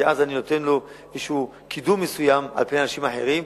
כי אז אני נותן לו איזה קידום מסוים על פני אנשים אחרים.